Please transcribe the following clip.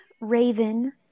Raven